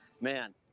Man